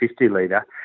50-litre